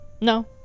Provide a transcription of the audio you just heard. no